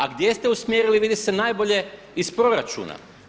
A gdje ste usmjerili vidi se najbolje iz proračuna.